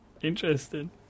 Interesting